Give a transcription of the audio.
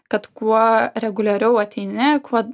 kad kuo reguliariau ateini kuo